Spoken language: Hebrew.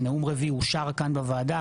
נאום רביעי אושר כאן בוועדה,